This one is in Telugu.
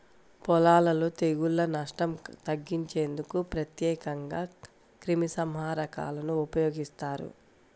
పొలాలలో తెగుళ్ల నష్టం తగ్గించేందుకు ప్రత్యేకంగా క్రిమిసంహారకాలను ఉపయోగిస్తారు